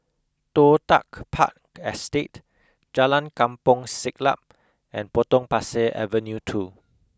Toh Tuck Park Estate Jalan Kampong Siglap and Potong Pasir Avenue two